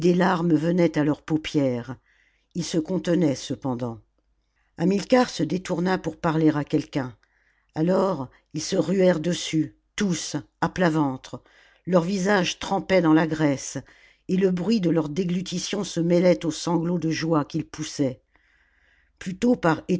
venaient à leurs paupières ils se contenaient cependant hamilcar se détourna pour parler à quelqu'un alors ils se ruèrent dessus tous à plat ventre leurs visages trempaient dans la graisse et le bruit de leur déglutition se mêlait aux sanglots de joie qu'ils poussaient plutôt par